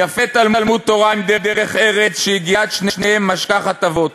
יפה תלמוד תורה עם דרך ארץ שיגיעת שניהם משכחת עוון.